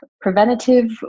preventative